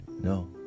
No